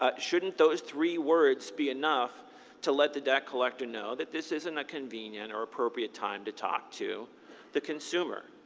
ah shouldn't those three words be enough to let the debt collector know that this isn't a convenient or appropriate time to talk to the consumer?